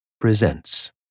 presents